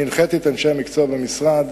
הנחיתי את אנשי המקצוע במשרד